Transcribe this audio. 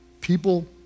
people